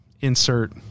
insert